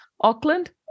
Auckland